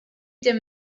them